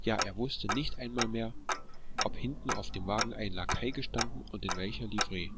ja er wußte nicht einmal mehr ob hinten auf dem wagen ein lakai gestanden und in welcher livree